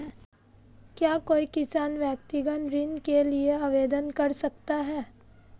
क्या कोई किसान व्यक्तिगत ऋण के लिए आवेदन कर सकता है?